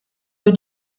über